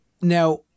now